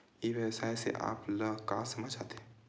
ई व्यवसाय से आप ल का समझ आथे?